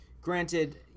granted